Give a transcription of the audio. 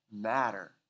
matter